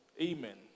Amen